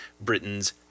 Britain's